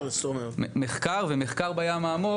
מחקר, וזאת המשמעות של מחקר בים העמוק